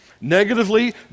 Negatively